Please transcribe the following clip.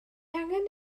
angen